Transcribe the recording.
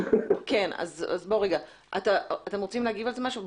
אתם רוצים לומר על זה משהו?